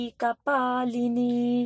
Kapalini